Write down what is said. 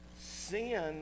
sin